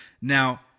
Now